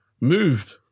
moved